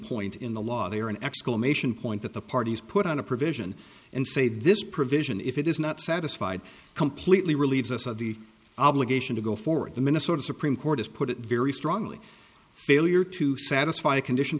point in the law they are an exclamation point that the parties put on a provision and say this provision if it is not satisfied completely relieves us of the obligation to go forward the minnesota supreme court has put it very strongly failure to satisfy a condition